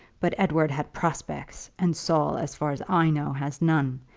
but edward had prospects, and saul, as far as i know, has none.